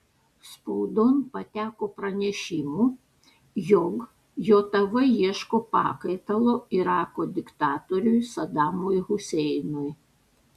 spaudon pateko pranešimų jog jav ieško pakaitalo irako diktatoriui sadamui huseinui